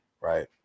right